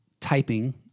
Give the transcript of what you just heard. typing